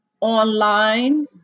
online